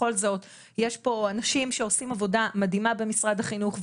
בכל זאת יש פה אנשים שעושים עבודה מדהימה במשרד החינוך,